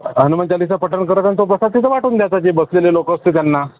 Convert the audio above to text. हनुमानचालीसा पठण करायचं आणि तो प्रसाद तिथं वाटून द्यायचा जे बसलेले लोक असते त्यांना